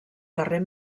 carrer